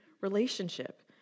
relationship